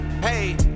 hey